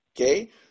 Okay